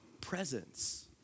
presence